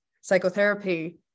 Psychotherapy